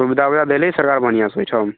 सुविधा उविधा देले हइ सरकार बढ़िआँसँ ओहिठाम